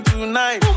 Tonight